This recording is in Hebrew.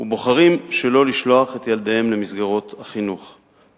ובוחרים שלא לשלוח את ילדיהם למסגרות החינוך.